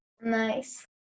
Nice